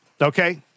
Okay